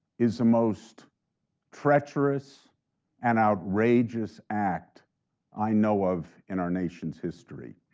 is the most treacherous and outrageous act i know of in our nation's history.